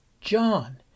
John